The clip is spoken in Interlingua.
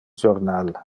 jornal